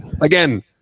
Again